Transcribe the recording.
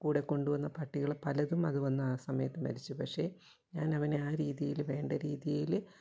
കൂടെ കൊണ്ടുവന്ന പട്ടികൾ പലതും അത് വന്ന് ആ സമയത്ത് മരിച്ച് പക്ഷേ ഞാൻ അവനെ ആ രീതിയിൽ വേണ്ട രീതിയിൽ